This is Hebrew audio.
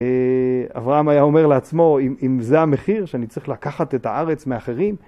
אברהם היה אומר לעצמו, אם זה המחיר, שאני צריך לקחת את הארץ מאחרים...